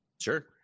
sure